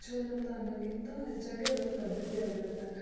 ritual ಅಂತ ಅನ್ನೋಕ್ಕಿಂತ ಹೆಚ್ಚಾಗಿ ಅದೊಂದು ಪದ್ಧತಿ ಆಗಿರುತ್ತೆ